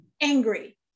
angry